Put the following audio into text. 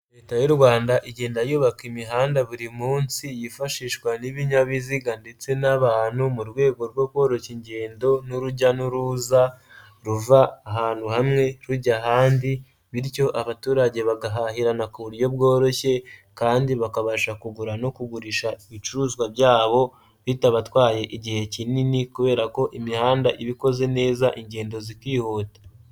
Leta y'u Rwanda igenda yubaka imihanda buri munsi yifashishwa n'ibinyabiziga ndetse n'abantu mu rwego rwo koroshya ingendo n'urujya n'uruza ruva ahantu hamwe rujya ahandi, bityo abaturage bagahahirana ku buryo bworoshye kandi bakabasha kugura no kugurisha ibicuruzwa byabo bitabatwaye igihe kinini, kubera ko imihanda iba ikoze neza ingendo zikihuta.